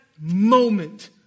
moment